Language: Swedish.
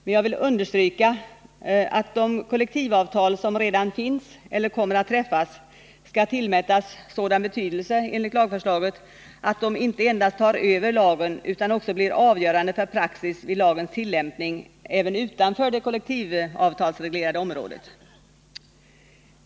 Man jag vill understryka att de kollektivavtal som redan finns eller kommer att träffas skall tillmätas sådan betydelse att de inte endast tar över lagen utan också blir avgörande för praxis vid lagens tillämpning även utanför det kollektivavtalsreglerade området.